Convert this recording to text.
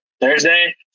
Thursday